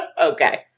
Okay